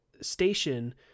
station